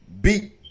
Beat